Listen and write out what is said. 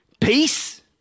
Peace